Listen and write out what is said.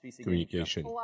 communication